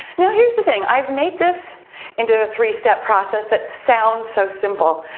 now, here's the thing. i've made this into a three-step process that sounds so simple,